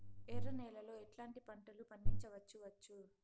ఎర్ర నేలలో ఎట్లాంటి పంట లు పండించవచ్చు వచ్చు?